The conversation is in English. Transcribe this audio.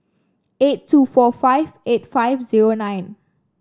eight two four five eight five zero nine